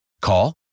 Call